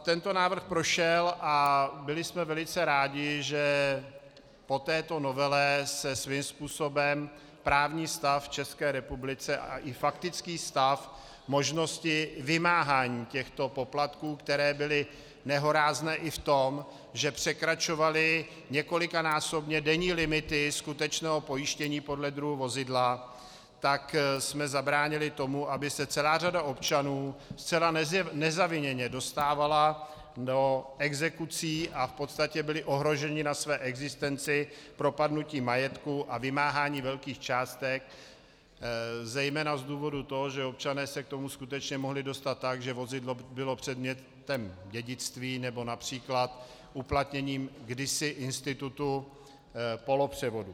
Tento návrh prošel a byli jsme velice rádi, že po této novele se svým způsobem právní stav v České republice a i faktický stav možnosti vymáhání těchto poplatků, které byly nehorázné i v tom, že překračovaly několikanásobně denní limity skutečného pojištění podle druhu vozidla, tak jsme zabránili tomu, aby se celá řada občanů zcela nezaviněně dostávala do exekucí a v podstatě byli ohroženi na své existenci propadnutím majetku a vymáháním velkých částek, zejména z důvodu toho, že občané se k tomu skutečně mohli dostat tak, že vozidlo bylo předmětem dědictví nebo například uplatněním kdysi institutu polopřevodu.